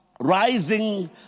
rising